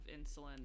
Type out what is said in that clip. insulin